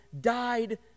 died